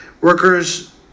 workers